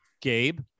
Gabe